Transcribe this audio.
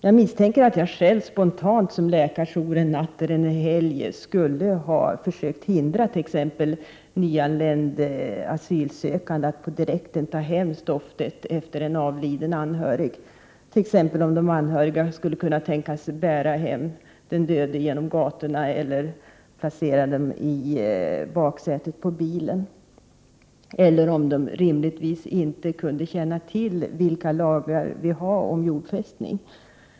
Jag misstänker att jag själv spontant som jourhavande läkare en natt eller helg skulle ha försökt hindra t.ex. en nyanländ asylsökande att direkt ta hem stoftet efter en avliden anhörig — exempelvis om de anhöriga skulle kunna tänkas bära hem den döde genom gatorna eller placera den döde i baksätet på en bil — rimligtvis kan de inte känna till svensk lag om jordfästning.